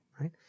right